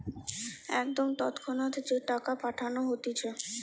একদম তৎক্ষণাৎ যে টাকা পাঠানো হতিছে